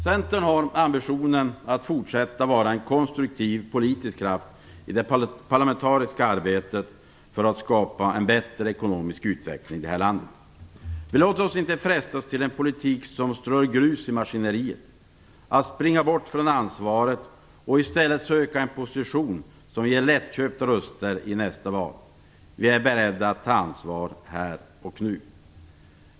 Centern har ambitionen att fortsätta att vara en konstruktiv politisk kraft i det parlamentariska arbetet för att skapa en bättre ekonomisk utveckling i landet. Vi låter oss inte frestas till en politik som strör grus i maskineriet, att springa bort från ansvaret och i stället söka en position som ger lättköpta röster i nästa val. Vi är beredda att ta ansvar här och nu.